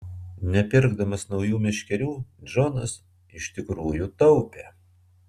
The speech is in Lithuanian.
nepirkdamas naujų meškerių džonas iš tikrųjų taupė